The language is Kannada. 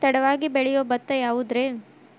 ತಡವಾಗಿ ಬೆಳಿಯೊ ಭತ್ತ ಯಾವುದ್ರೇ?